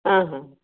ಹಾಂ ಹಾಂ